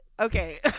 okay